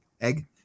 egg